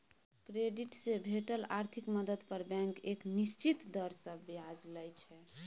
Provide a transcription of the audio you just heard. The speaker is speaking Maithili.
क्रेडिट से भेटल आर्थिक मदद पर बैंक एक निश्चित दर से ब्याज लइ छइ